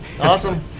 Awesome